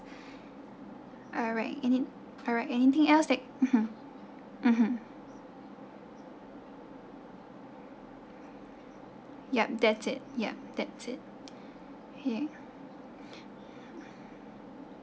alright any alright anything else that mmhmm yup that's it yup that's it yup